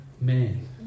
man